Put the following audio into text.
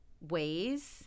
ways